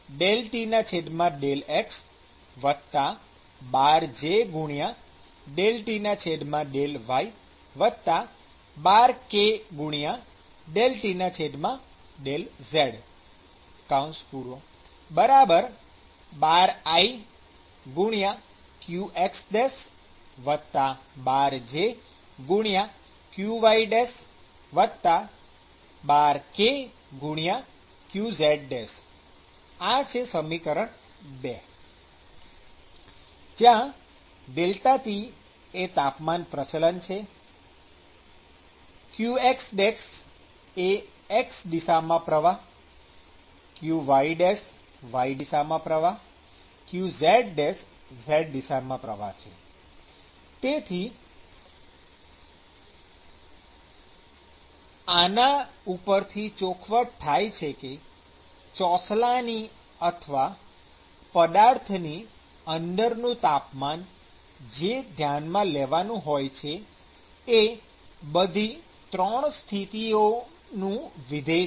qʹʹ k∇T ki∂T∂xj∂T∂yk∂T∂ziqxjqykqz ૨ જ્યાં ∇T તાપમાન પ્રચલન qx x દિશામાં પ્રવાહ qy y દિશામાં પ્રવાહ qzz દિશામાં પ્રવાહ તેથી આના ઉપરથી ચોખવટ થાય છે કે ચોસલાની અથવા પદાર્થની અંદરનું તાપમાન જે ધ્યાનમાં લેવાનું હોય છે એ બધી ૩ સ્થિતિઓનું વિધેય છે